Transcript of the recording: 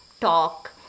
talk